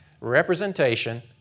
representation